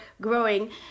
growing